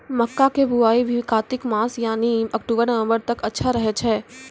मक्का के बुआई भी कातिक मास यानी अक्टूबर नवंबर तक अच्छा रहय छै